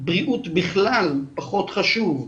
בריאות בכלל פחות חשוב.